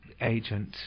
agent